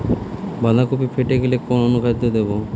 বাঁধাকপি ফেটে গেলে কোন অনুখাদ্য দেবো?